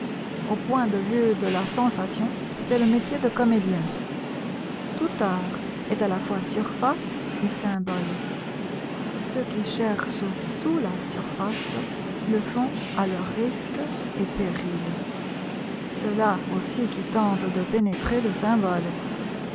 au point de vue de la sensation c'est le métier de comédien tout art est à la fois surface et symbole ceux qui cherchent sous la surface le font à leurs risques et périls ceux-là aussi qui tenteid de pénétrer le symbole